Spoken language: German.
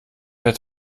der